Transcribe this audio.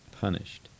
punished